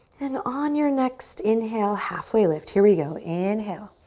and on your next inhale, halfway lift. here we go, inhale.